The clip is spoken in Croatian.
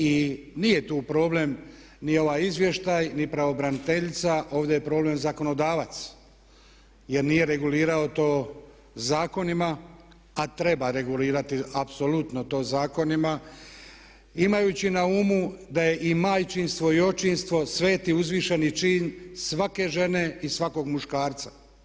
I nije tu problem ni ovaj izvještaj ni pravobraniteljica, ovdje je problem zakonodavac jer nije regulirao to zakonima a treba regulirati apsolutno to zakonima imajući na umu da je i majčinstvo i očinstvo sveti uzvišeni čin svake žene i svakog muškarca.